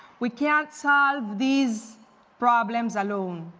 we can't solve these problems alone.